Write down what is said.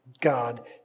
God